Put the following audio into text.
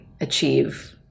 achieve